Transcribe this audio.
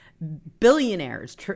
billionaires